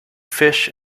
fish